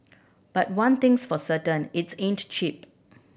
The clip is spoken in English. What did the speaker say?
but one thing's for certain its ain't cheap